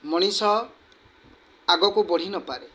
ମଣିଷ ଆଗକୁ ବଢ଼ି ନପାରେ